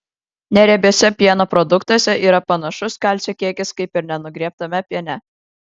neriebiuose pieno produktuose yra panašus kalcio kiekis kaip ir nenugriebtame piene